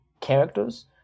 characters